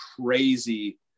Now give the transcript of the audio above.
crazy